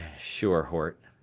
sure, hort.